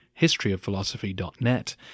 historyofphilosophy.net